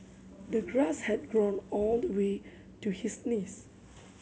the grass had grown all the way to his knees